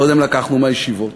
קודם לקחנו מהישיבות,